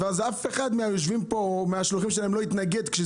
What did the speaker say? ואז אף אחד מהיושבים כאן לא התנגד כאשר